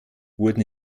wurden